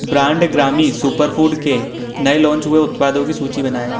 brand Grami superfood के नए launch हुए उत्पादों की सूचि बनाएँ